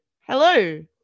hello